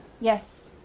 Yes